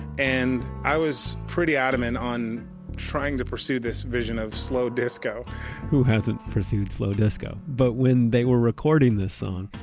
and i was pretty adamant on trying to pursue this vision of slow disco who hasn't pursued slow disco? but when they were recording this song,